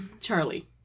Charlie